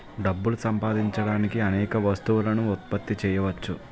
డబ్బులు సంపాదించడానికి అనేక వస్తువులను ఉత్పత్తి చేయవచ్చు